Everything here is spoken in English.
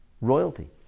royalty